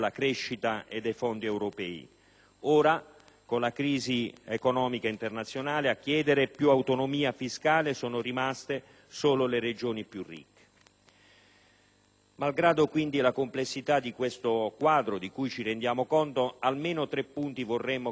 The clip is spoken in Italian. ora, con la crisi economica internazionale, a chiedere più autonomia fiscale sono rimaste solo le regioni più ricche. Malgrado, quindi, la complessità di questo quadro, di cui ci rendiamo conto, vorremmo che fossero chiari almeno